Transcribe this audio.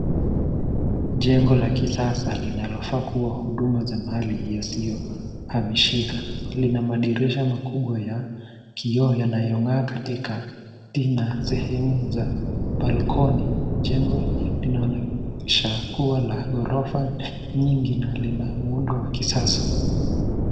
Jengo la kisasa linalofaa kuwa huduma za mali yasiyohamishika . Lina madirisha makubwa ya vioo yanayong'aa katikati na sehemu za balkoni. Jengo linaonyesha kuwa la ghorofa nyingi na lina muundo wa kisasa.